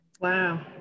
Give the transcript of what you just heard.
Wow